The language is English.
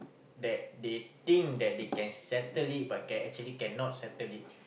that they think that they can settle it but can actually cannot settle it